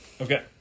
Okay